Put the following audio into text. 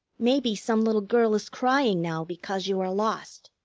maybe some little girl is crying now because you are lost.